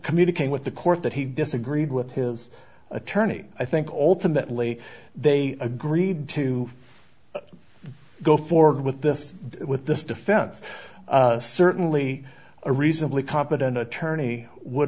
communicating with the court that he disagreed with his attorney i think ultimately they agreed to go forward with this with this defense certainly a reasonably competent attorney would